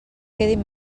quedin